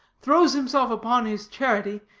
throws himself upon his charity,